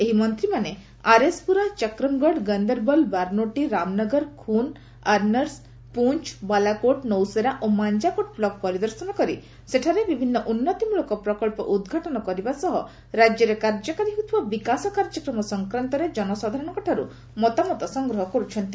ଏହି ମନ୍ତ୍ରୀମାନେ ଆରଏସ୍ ପୁରା ଚକ୍ରମ୍ଗଡ଼ ଗନ୍ଦରବଲ୍ ବାର୍ନୋଟି ରାମନଗର ଖୁନ୍ ଆରନର୍ସ ପୁଞ୍ଚ ବାଲାକୋଟ୍ ନୌସେରା ଓ ମାଞ୍ଜାକୋଟ୍ ବ୍ଲକ୍ ପରିଦର୍ଶନ କରି ସେଠାରେ ବିଭିନ୍ନ ଉନ୍ନତିମୂଳକ ପ୍ରକଳ୍ପ ଉଦ୍ଘାଟନ କରିବା ସହ ରାଜ୍ୟରେ କାର୍ଯ୍ୟକାରୀ ହେଉଥିବା ବିକାଶ କାର୍ଯ୍ୟକ୍ରମ ସଂକ୍ରାନ୍ତରେ ଜନସାଧାରଣଙ୍କଠାରୁ ମତାମତ ସଂଗ୍ରହ କରୁଛନ୍ତି